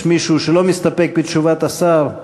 יש מישהו שלא מסתפק בתשובת השר?